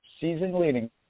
season-leading